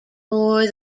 more